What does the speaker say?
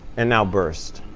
and now burst,